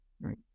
right